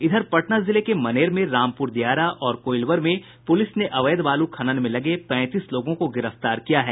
इधर पटना जिले के मनेर में रामपुर दियारा और कोइलवर में पुलिस ने अवैध बालू खनन में लगे पैंतीस लोगों को गिरफ्तार किया है